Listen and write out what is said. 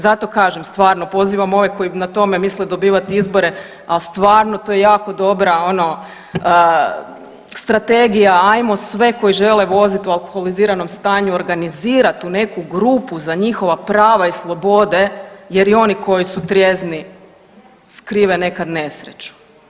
Zato kažem stvarno pozivam ove koji na tome misle dobivati izbore, a stvarno to je jako dobra ono strategija, ajmo sve koji žele voziti u alkoholiziranom stanju organizirat u neku grupu za njihova prava i slobode jer i oni koji su trijezni skrive nekad nesreću.